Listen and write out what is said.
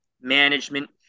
management